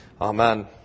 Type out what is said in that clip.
amen